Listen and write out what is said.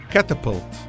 Catapult